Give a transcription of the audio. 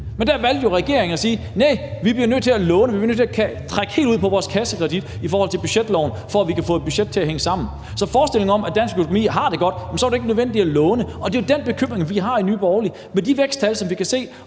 Men der valgte regeringen jo at sige: Næh, vi bliver nødt til at låne, og vi bliver nødt til at trække helt på vores kassekredit i forhold til budgetloven, for at vi kan få et budget til at hænge sammen. Så til forestillingen om, at dansk økonomi har det godt, vil jeg sige: Så var det ikke nødvendigt at låne. Og det er jo den bekymring, vi har i Nye Borgerlige, i forhold til de væksttal, vi kan se,